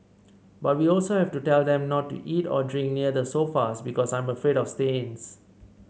but we also have to tell them not to eat or drink near the sofas because I'm afraid of stains